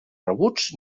rebuts